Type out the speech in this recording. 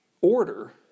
order